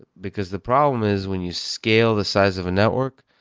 ah because the problem is when you scale the size of a network,